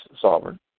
sovereign